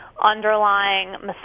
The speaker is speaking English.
underlying